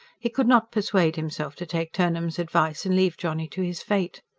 he could not persuade himself to take turnham's advice and leave johnny to his fate.